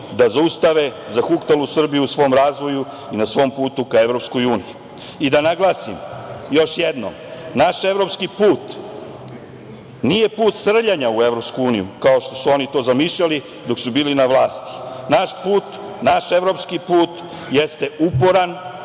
da zaustave zahuktalu Srbiju u svom razvoju i na svom putu ka EU.Da naglasim još jednom, naš evropski put nije put srljanja u EU, kao što su oni to zamišljali dok su bili na vlasti. Naš evropski put jeste uporan,